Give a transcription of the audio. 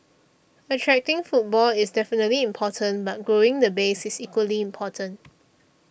attracting footfall is definitely important but growing the base is equally important